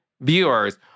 viewers